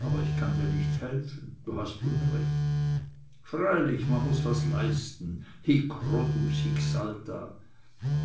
aber ich kann mir nicht helfen du hast unrecht freilich man muß was leisten hic rhodus hic salta